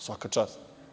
Svaka čast.